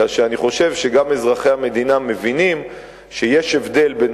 אלא שאני חושב שגם אזרחי המדינה מבינים שיש הבדל בין